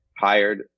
hired